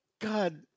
God